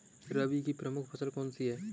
रबी की प्रमुख फसल कौन सी है?